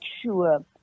sure